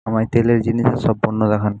আমায় তেলের জিনিসের সব পণ্য দেখান